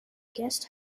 guest